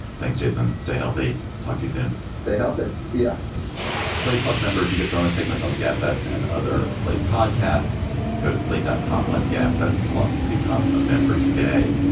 thanks, jason. stay healthy. talk to you soon. stay healthy yeah slate plus members, you get bonus segments on the gab fest and other slate podcasts go to sleep. that complex gab fest. plus to become a member today.